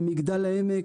למגדל העמק,